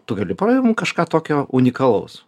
tu gali parodyt mum kažką tokio unikalaus